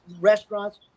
restaurants